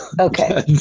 Okay